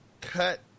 cut